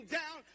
down